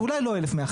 אולי לא 1,150,